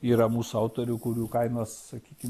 yra mūsų autorių kurių kainos sakykim